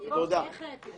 אוקיי, אני מושכת.